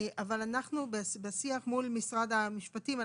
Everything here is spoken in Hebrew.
אבל אנחנו בשיח מול משרד המשפטים,